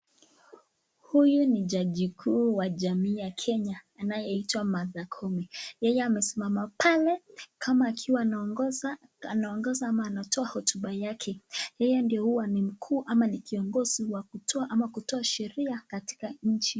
Huyu ni Jaji kuu wa Jamhuri ya Kenya anayeitwa Martha Koome. Yeye amesimama pale kama akiwa anaongoza ama anatoa hotuba yake. Yeye ndiye huwa ni mkuu ama ni kiongozi wa kutoa ama kutoa sheria katika nchi.